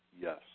yes